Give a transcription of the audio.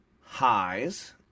highs